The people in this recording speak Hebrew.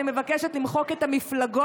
אני מבקשת למחוק את המפלגות,